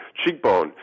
cheekbone